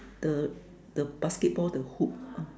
the the basketball the hoop